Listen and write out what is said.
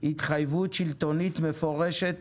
התחייבות שלטונית מפורשת